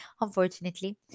unfortunately